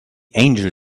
angel